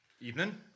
Evening